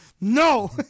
no